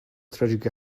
tragic